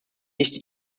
nicht